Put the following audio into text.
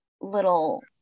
little